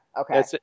Okay